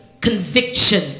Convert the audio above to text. conviction